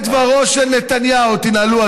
תנעלו.